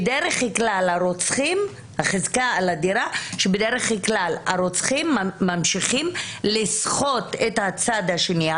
על הדירה שבדרך כלל הרוצחים ממשיכים לסחוט את הצד השני,